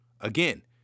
again